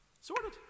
Sorted